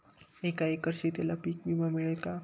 एका एकर शेतीला पीक विमा मिळेल का?